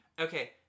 Okay